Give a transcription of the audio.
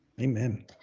Amen